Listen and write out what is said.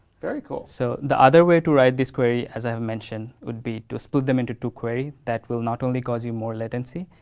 very cool. so the other way to write this query as i have mentioned, would be to split them into two query. that will not only cause more latency,